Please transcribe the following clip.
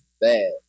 Bad